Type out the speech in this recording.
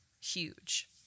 huge